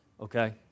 okay